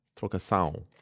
Trocação